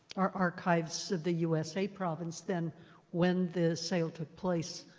archives of the usa province then when the sale took place,